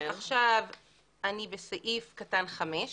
עכשיו אני בסעיף קטן (4),